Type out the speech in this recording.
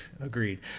Agreed